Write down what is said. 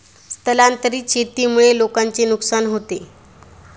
स्थलांतरित शेतीमुळे लोकांचे नुकसान होते